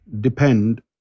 depend